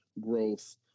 growth